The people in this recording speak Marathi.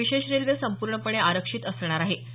ही विशेष रेल्वे संपूर्णपणे आरक्षित असणार आहे